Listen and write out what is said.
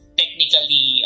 technically